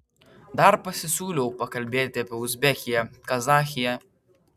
dar pasisiūliau pakalbėti apie uzbekiją kazachiją